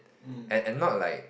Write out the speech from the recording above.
and and not like